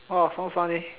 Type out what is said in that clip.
orh sounds fun leh